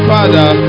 Father